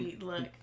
Look